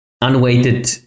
unweighted